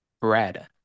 bread